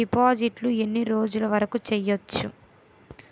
డిపాజిట్లు ఎన్ని రోజులు వరుకు చెయ్యవచ్చు?